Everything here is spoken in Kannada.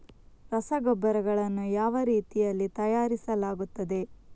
ರಸಗೊಬ್ಬರಗಳನ್ನು ಯಾವ ರೀತಿಯಲ್ಲಿ ತಯಾರಿಸಲಾಗುತ್ತದೆ?